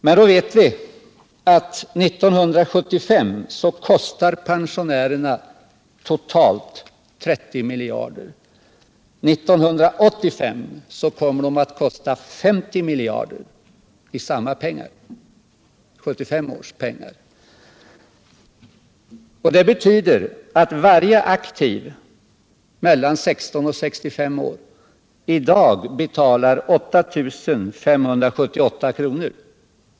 Vi vet att pensionärerna 1975 kostade totalt 30 miljarder kronor. 1985 kommer de att kosta 50 miljarder kronor i 1975 års penningvärde. Detta betyder att varje aktiv mellan 16 och 65 år i dag betalar 8 578 kr.